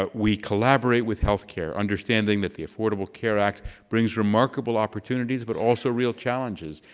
but we collaborate with healthcare, understanding that the affordable care act brings remarkable opportunities but also real challenges,